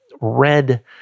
red